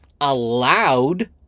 allowed